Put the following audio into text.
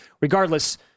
Regardless